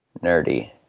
nerdy